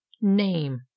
name